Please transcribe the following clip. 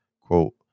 Quote